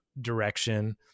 direction